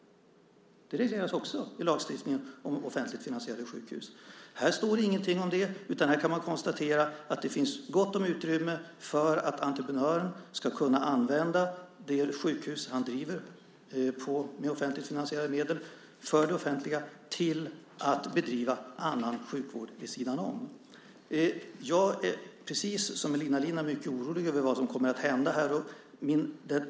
Det regleras också i lagstiftningen om offentligt finansierade sjukhus. Här står det ingenting om det. Man kan konstatera att det finns gott om utrymme för att entreprenören ska kunna använda det sjukhus han driver med offentligt finansierade medel för det offentliga till att bedriva annan sjukvård vid sidan om. Jag är, precis som Elina Linna, mycket orolig över vad som kommer att hända.